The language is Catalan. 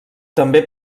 també